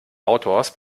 autors